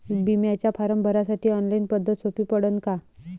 बिम्याचा फारम भरासाठी ऑनलाईन पद्धत सोपी पडन का?